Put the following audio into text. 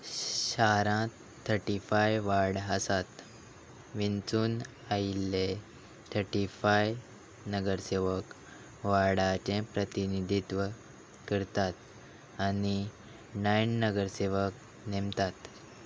शारांत thirty five ward आसात विंचून आयिल्ले थर्टी फाय नगरसेवक वार्डाचें प्रतिनिधित्व करतात आनी णायन नगरसेवक नेमतात